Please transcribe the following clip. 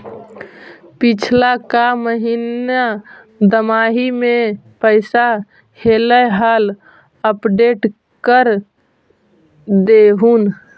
पिछला का महिना दमाहि में पैसा ऐले हाल अपडेट कर देहुन?